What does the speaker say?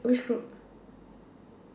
which group